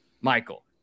Michael